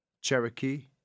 Cherokee